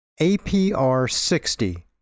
APR60